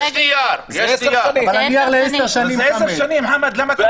זה 10 שנים, חמד.